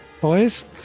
Boys